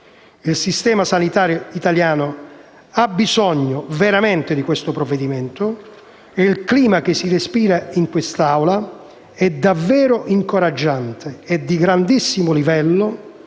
Il sistema sanitario italiano ha bisogno veramente di questo provvedimento e il clima che si respira in quest'Aula è davvero incoraggiante e di grande livello.